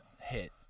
Hit